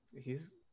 he's-